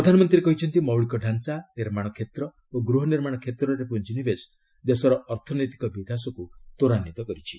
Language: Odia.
ପ୍ରଧାନମନ୍ତ୍ରୀ କହିଛନ୍ତି ମୌଳିକ ଢାଞ୍ଚା ନିର୍ମାଣ କ୍ଷେତ୍ର ଓ ଗୃହ ନିର୍ମାଣ କ୍ଷେତ୍ରରେ ପୁଞ୍ଜିନିବେଶ ଦେଶର ଅର୍ଥନୈତିକ ବିକାଶକୁ ତ୍ୱରାନ୍ୱିତ କରିଛି